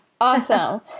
Awesome